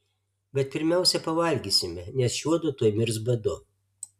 bet pirmiausia pavalgysime nes šiuodu tuoj mirs badu